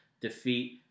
defeat